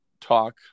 talk